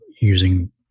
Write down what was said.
using